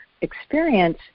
experience